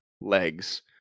legs